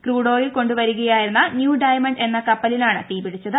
crude oil കൊണ്ടു വരികയായിരുന്ന New Diamond എന്ന കപ്പലിനാണ് തീപിടിച്ചത്